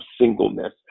singleness